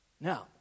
Now